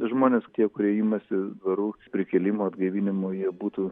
žmonės tie kurie imasi dvarų prikėlimo atgaivinimo jie būtų